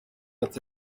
ati